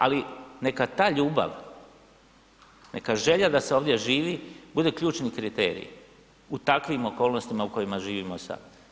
Ali neka ta ljubav, neka želja da se ovdje živi bude ključni kriterij u takvim okolnostima u kojima živimo i sad.